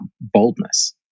boldness